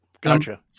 Gotcha